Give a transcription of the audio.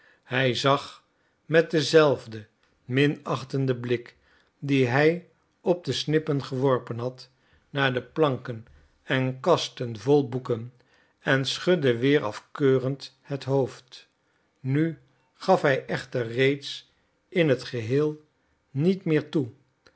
hij zag met denzelfden minachtenden blik dien hij op de snippen geworpen had naar de planken en kasten vol boeken en schudde weer afkeurend het hoofd nu gaf hij echter reeds in het geheel niet meer toe